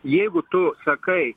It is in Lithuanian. jeigu tu sakai